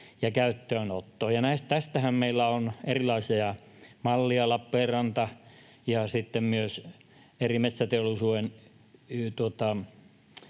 ja käyttöönottoa. Tästähän meillä on erilaisia malleja. Lappeenranta ja sitten myös eri metsäteollisuuden